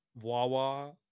Wawa